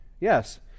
Yes